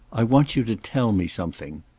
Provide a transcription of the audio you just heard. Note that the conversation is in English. i want you to tell me something.